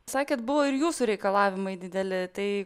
sakėt buvo ir jūsų reikalavimai dideli tai